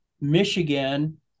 Michigan